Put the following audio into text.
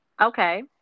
Okay